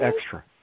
extra